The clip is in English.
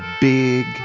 big